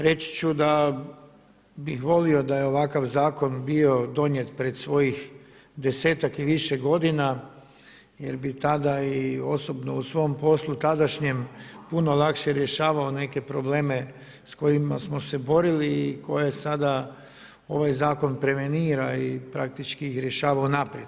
Reći ću da bih volio da je ovakav Zakon bio donijet pred svojih 10-ak i više godine jer bi tada i osobno u svom poslu tadašnjem puno lakše rješavao neke probleme s kojima smo se borili i koje sada ova Zakon prevenira i praktički ih rješava unaprijed.